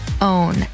own